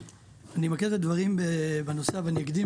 אני אמקד את הדברים בנושא אבל אני אקדים